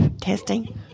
testing